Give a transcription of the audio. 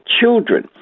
children